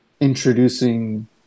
introducing